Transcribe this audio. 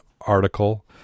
article